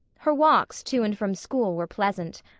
her walks to and from school were pleasant.